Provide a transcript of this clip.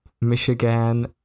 Michigan